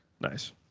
Nice